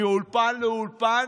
מאולפן לאולפן.